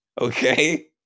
Okay